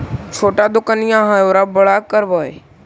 छोटा दोकनिया है ओरा बड़ा करवै?